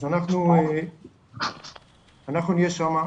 אז אנחנו נהיה שמה.